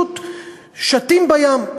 פשוט שטים בים.